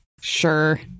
Sure